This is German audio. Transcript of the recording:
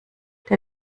der